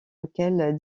lequel